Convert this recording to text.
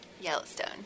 Yellowstone